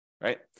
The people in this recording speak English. right